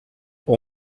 all